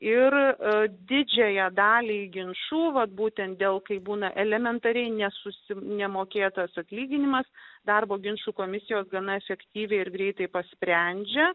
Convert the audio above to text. ir didžiajai daliai ginčų vat būtent dėl kaip būna elementariai nesusi nemokėtas atlyginimas darbo ginčų komisijos gana efektyviai ir greitai pas sprendžia